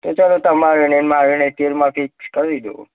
તો ચાલો તમારૂં ય નહીં ને મારું ય નહીં તેરમાં ફિક્સ કરી દો